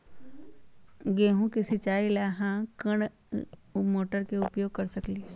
गेंहू के सिचाई ला हम कोंन मोटर के उपयोग कर सकली ह?